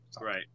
Right